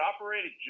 operated